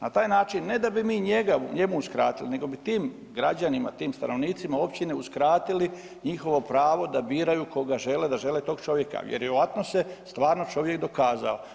Na taj način ne da bi mi njemu uskratili, nego bi tim građanima, tim stanovnicima općine uskratili njihovo pravo da biraju koga žele, da žele tog čovjeka, vjerojatno se stvarno čovjek dokazao.